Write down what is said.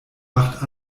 macht